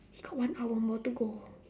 got one hour more to go